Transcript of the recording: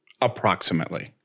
Approximately